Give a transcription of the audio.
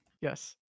Yes